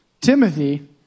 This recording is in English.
Timothy